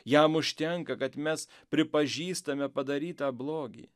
jam užtenka kad mes pripažįstame padarytą blogį